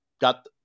got